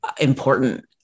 important